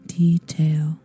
detail